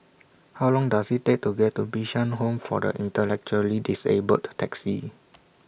How Long Does IT Take to get to Bishan Home For The Intellectually Disabled Taxi